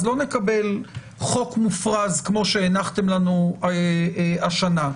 לא נקבל חוק מופרז כמו שהנחתם לנו השנה.